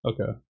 Okay